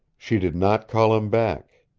she did not call him back.